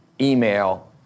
email